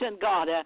God